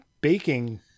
baking